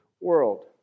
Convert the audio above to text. world